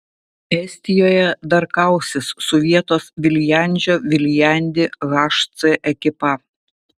estijoje dar kausis su vietos viljandžio viljandi hc ekipa